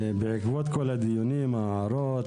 בעקבות כל הדיונים וההערות,